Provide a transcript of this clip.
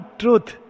truth